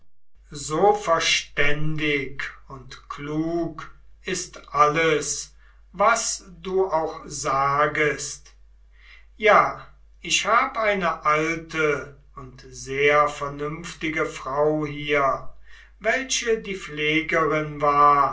so verständig und klug ist alles was du auch sagest ja ich hab eine alte und sehr vernünftige frau hier welche die pflegerin war